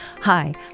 Hi